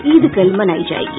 ईद कल मनायी जायेगी